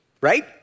Right